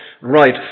right